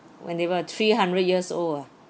when they were three hundred years old ah